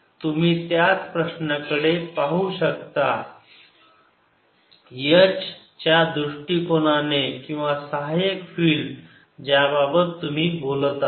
तुम्ही त्याच प्रश्नाकडे पाहू शकता H च्या दृष्टिकोनाने किंवा सहाय्यक फिल्ड ज्याबाबत तुम्ही बोलत आहात